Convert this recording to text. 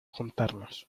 juntarnos